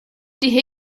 die